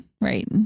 right